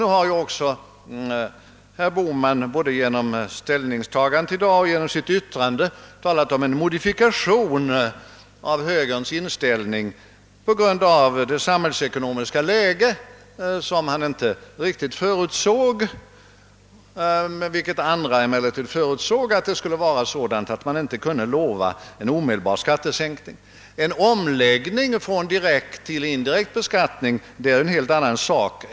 Nu har ju också herr Bohman, både genom sitt ställningstagande och sitt yttrande i dag, angivit en modifikation av högerns inställning med hänvisning till dagens samhällsekonomiska läge som han i fjol inte riktigt kunde förutse. Andra förutsåg att det samhällsekonomiska läget skulle bli sådant att man inte kunde lova en omedelbar skattesänkning. — En omläggning från direkt till indirekt beskattning är en helt annan sak.